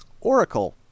Oracle